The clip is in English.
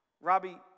Robbie